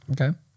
okay